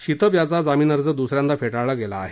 शितप याचा जामीन अर्ज द्स यांदा फेटाळला गेला आहे